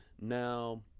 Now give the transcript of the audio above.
now